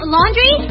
Laundry